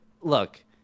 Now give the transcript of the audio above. Look